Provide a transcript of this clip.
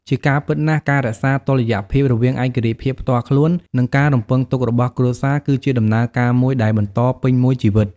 ជាការពិតណាស់ ការរក្សាតុល្យភាពរវាងឯករាជ្យភាពផ្ទាល់ខ្លួន និងការរំពឹងទុករបស់គ្រួសារ គឺជាដំណើរការមួយដែលបន្តពេញមួយជីវិត។